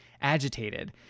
agitated